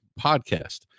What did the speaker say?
podcast